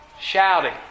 Shouting